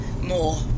More